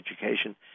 Education